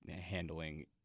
handling